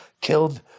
killed